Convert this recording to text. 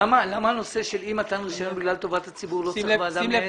למה הנושא של אי מתן רישיון בגלל טובת הציבור לא צריך ועדה מייעצת?